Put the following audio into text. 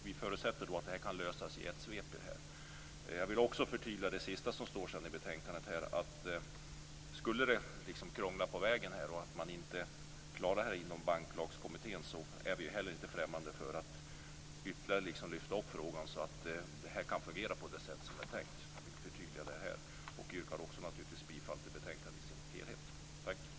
Vi förutsätter att detta kan lösas i ett svep. Jag vill också förtydliga det sista som står i betänkandet. Skulle det krångla på vägen, och skulle det vara så att man inte klarar detta inom Banklagskommittén, är vi inte främmande för att lyfta upp frågan ytterligare så att det kan fungera på det sätt som är tänkt. Jag vill förtydliga det. Jag yrkar också naturligtvis bifall till hemställan i dess helhet i betänkandet.